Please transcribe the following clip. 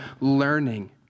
learning